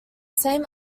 same